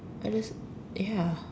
I list ya